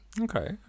Okay